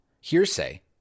Hearsay